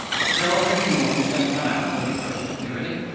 sterile drinking water is going to come out. i've got to be quick. okay, ready?